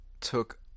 took